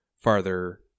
farther